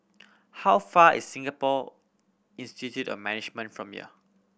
how far is Singapore Institute of Management from here